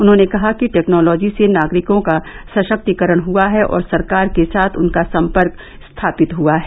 उन्होंने कहा कि टैक्नोलोजी से नागरिकों का सशक्तिकरण हुआ है और सरकार के साथ उनका संपर्क स्थापित हुआ है